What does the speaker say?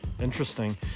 Interesting